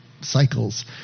cycles